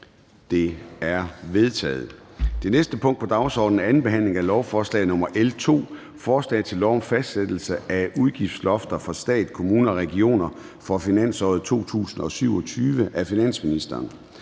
Det er vedtaget. --- Det næste punkt på dagsordenen er: 2) 2. behandling af lovforslag nr. L 2: Forslag til lov om fastsættelse af udgiftslofter for stat, kommuner og regioner for finansåret 2027. Af finansministeren